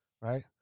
right